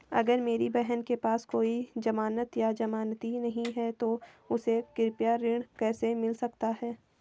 अगर मेरी बहन के पास कोई जमानत या जमानती नहीं है तो उसे कृषि ऋण कैसे मिल सकता है?